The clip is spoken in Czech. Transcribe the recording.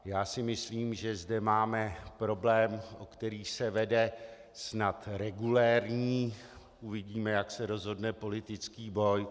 Já si myslím, že zde máme problém, o kterém se vede snad regulérní, uvidíme, jak se rozhodne, politický boj.